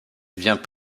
vient